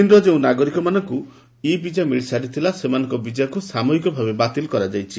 ଚୀନ୍ର ଯେଉଁ ନାଗରିକମାନଙ୍କୁ ଇ ବିଜା ମିଳିସାରିଥିଲା ସେମାନଙ୍କ ବିଜାକୁ ସାମୟିକ ଭାବେ ବାତିଲ କରାଯାଇଛି